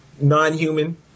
non-human